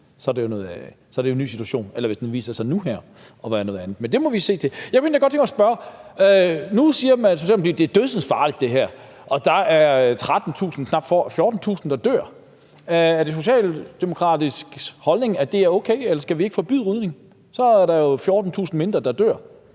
år, er det jo en ny situation, eller hvis den viser sig nu her at være noget andet, men det får vi se. Jeg kunne egentlig godt tænke mig at spørge, for nu siger man, at det her er dødsensfarligt, og at der er knap 14.000, der dør: Er det Socialdemokratiets holdning, at det er okay, eller skal vi ikke forbyde rygning? Så er der jo 14.000 mindre, der dør.